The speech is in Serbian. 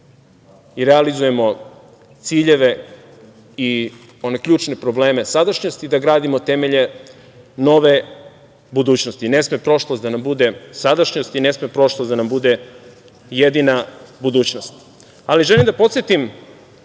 i realizujemo ciljeve i one ključne probleme sadašnjosti i da gradimo temelje nove budućnosti. Ne sme prošlost da nam bude sadašnjost i ne sme prošlost da nam bude jedina budućnost. Želim da podsetim